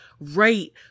Right